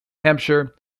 hampshire